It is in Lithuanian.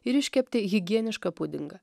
ir iškepti higienišką pudingą